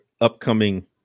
upcoming